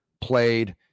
played